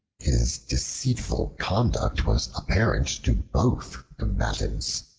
his deceitful conduct was apparent to both combatants.